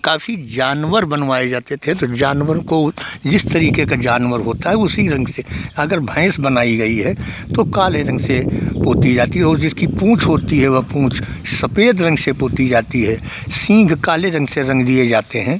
काफ़ी जानवर बनवाए जाते थे तब जानवर को जिस तरीके के जानवर होता है उसी रंग से अगर भैंस बनाई गई है तो काले रंग से पोती जाती है और जिसकी पूँछ होती है वह पूँछ सफेद रंग से पोती जाती है सींघ काले रंग से रंग दिए जाते हैं